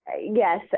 yes